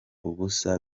ubusa